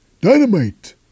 Dynamite